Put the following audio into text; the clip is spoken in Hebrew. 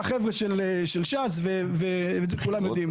מהחבר'ה של ש"ס ואת זה כולם יודעים.